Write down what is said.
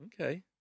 Okay